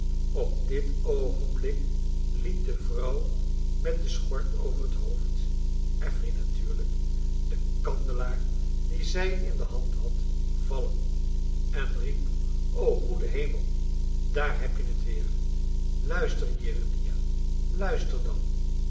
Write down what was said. op dit oogenblik liet de vrouw met de schort over het hoofd affery natuurlijk den kandelaar die zij in de hand had vallen en riep o goede hemel daar hebt je t weer luister jeremia luister dan